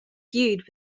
feud